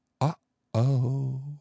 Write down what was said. Uh-oh